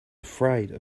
afraid